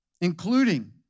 including